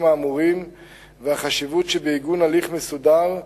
האמורים והחשיבות שבעיגון הליך מסודר,